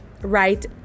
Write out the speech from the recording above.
right